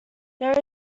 there